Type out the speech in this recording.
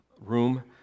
room